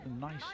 nice